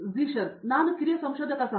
ಝೀಶನ್ ನಾನು ಕಿರಿಯ ಸಂಶೋಧಕ ಸಹ